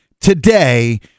today